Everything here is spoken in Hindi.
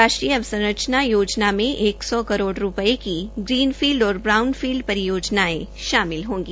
राष्ट्रीय अवसंरचना योजना में एक सौ करोड़ रूपए की ग्रीनफील्ड और ब्राउनफील्ड परियोजनायें शामिल होंगी